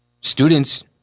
students